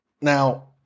Now